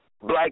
black